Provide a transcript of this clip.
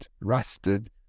rusted